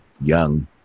young